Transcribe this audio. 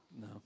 No